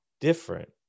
different